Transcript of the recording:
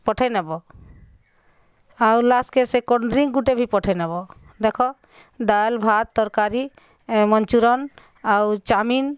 ପଠେଇନେବ ଆଉ ଲାସ୍ଟ୍ କେ ସେ କୋଲଡ୍ରିଙ୍କ୍ ଗୁଟେ ବି ପଠେଇନେବ ଦେଖ ଦାଏଲ୍ ଭାତ୍ ତରକାରୀ ମନଚୁରନ୍ ଆଉ ଚାମିନ୍